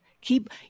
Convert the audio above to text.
keep